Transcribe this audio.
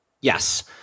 Yes